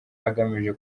agamije